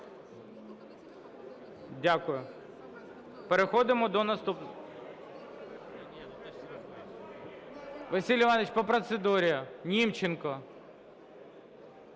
Дякую. Переходимо до наступного… Василь Іванович по процедурі. Німченко.